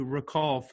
recall